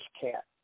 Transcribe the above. cat